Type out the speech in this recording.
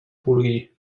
vulgui